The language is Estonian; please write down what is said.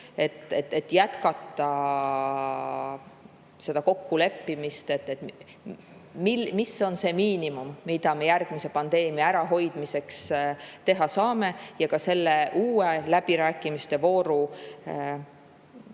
et jätkata kokkuleppimist, mis on see miinimum, mida me järgmise pandeemia ärahoidmiseks teha saame. Ja ka see uus läbirääkimisvoor